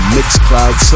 Mixcloud